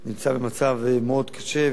למי שנמצא במצב קשה,